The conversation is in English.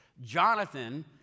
Jonathan